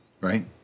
Right